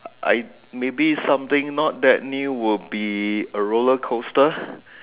I maybe something not that new would be a roller coaster